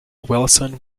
wilson